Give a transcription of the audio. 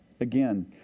Again